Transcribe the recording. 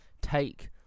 take